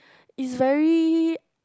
it's very